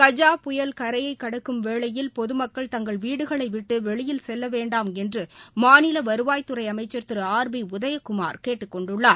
கஜா புயல் கரையைக் கடக்கும் வேளையில் பொதுமக்கள் தங்கள் வீடுகளை விட்டு வெளியில் செல்ல வேண்டாம் என்று மாநில வருவாயத்துறை அமைச்சள் திரு ஆர் பி உதயகுமார் கேட்டுக் கொண்டுள்ளார்